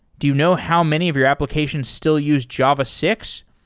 do you know how many of your applications still use java six?